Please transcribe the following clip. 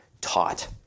taught